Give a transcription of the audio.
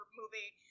movie